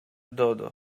dodo